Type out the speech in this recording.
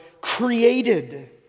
created